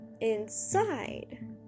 inside